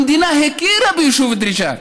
המדינה הכירה ביישוב דריג'את,